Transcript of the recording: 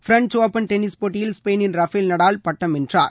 French Open tennis போட்டியில் ஸ்பெயினின் Rafael Nadal பட்டம் வென்றார்